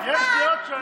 רק מה,